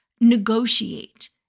negotiate